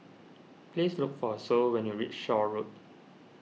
please look for Sol when you reach Shaw Road